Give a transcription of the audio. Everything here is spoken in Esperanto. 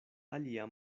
alia